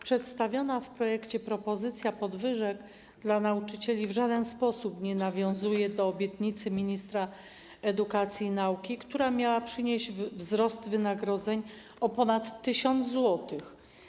Przedstawiona w projekcie propozycja podwyżek dla nauczycieli w żaden sposób nie nawiązuje do obietnicy ministra edukacji i nauki, która miała przynieść wzrost wynagrodzeń o ponad 1 tys. zł.